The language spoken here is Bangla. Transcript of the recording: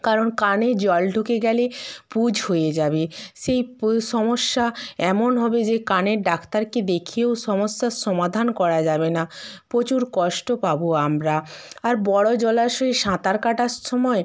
কারণ কানে জল ঢুকে গেলে পুঁজ হয়ে যাবে সেই পুঁজ সমস্যা এমন হবে যে কানের ডাক্তারকে দেখিয়েও সমস্যার সমাধান করা যাবে না প্রচুর কষ্ট পাব আমরা আর বড় জলাশয়ে সাঁতার কাটার সময়